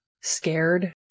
scared